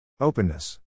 Openness